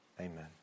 Amen